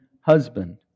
husband